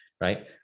right